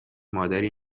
مادری